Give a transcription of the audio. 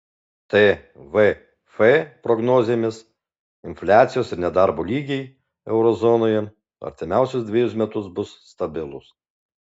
tvf prognozėmis infliacijos ir nedarbo lygiai euro zonoje artimiausius dvejus metus bus stabilūs